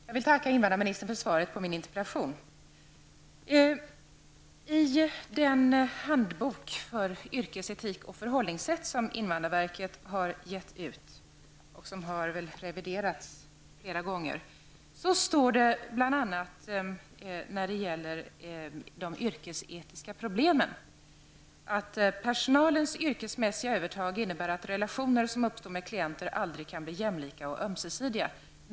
Herr talman! Jag vill tacka invandrarministern för svaret på min interpellation. I den handbok för yrkesetik och förhållningssätt som invandrarverket har gett ut, och som har reviderats flera gånger, står det bl.a. när det gäller de yrkesetiska problemen, att personalens yrkesmässiga övertag innebär att relationer som uppstår med klienter aldrig kan bli jämlika och ömsesidiga.